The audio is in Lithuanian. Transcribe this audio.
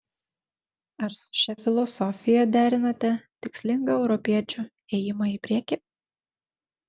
ar su šia filosofija derinate tikslingą europiečio ėjimą į priekį